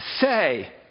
say